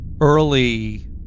early